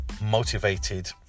motivated